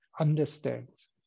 understands